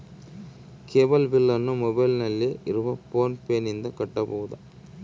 Cable ಬಿಲ್ಲನ್ನು ಮೊಬೈಲಿನಲ್ಲಿ ಇರುವ ಫೋನ್ ಪೇನಿಂದ ಕಟ್ಟಬಹುದಾ?